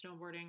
snowboarding